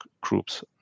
groups